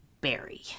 Barry